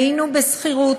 היינו בשכירות.